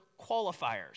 qualifiers